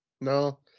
No